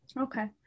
Okay